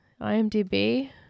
IMDb